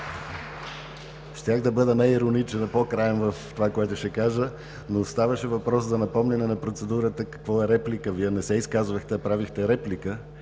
да бъда не ироничен, а по-краен в това, което ще кажа, но ставаше въпрос за напомняне на процедурата какво е реплика. Вие не се изказвахте, а правихте реплика.